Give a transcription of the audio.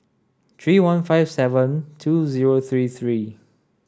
three one five seven two zero three three